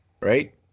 right